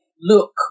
look